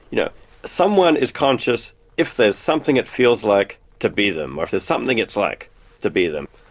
you know someone is conscious if there's something it feels like to be them. or if there's something it's like to be them.